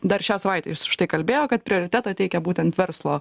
dar šią savaitę jis štai kalbėjo kad prioritetą teikia būtent verslo